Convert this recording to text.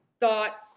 thought